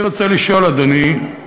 אני רוצה לשאול, אדוני,